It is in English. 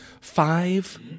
five